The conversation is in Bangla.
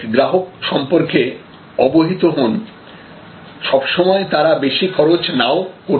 সঠিক গ্রাহক সম্পর্কে অবহিত হন সবসময় তারা বেশি খরচ নাও করতে পারে